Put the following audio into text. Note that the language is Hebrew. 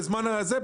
בזמן הזה,